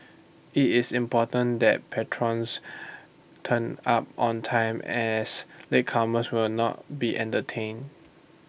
IT is important that patrons turn up on time as latecomers will not be entertain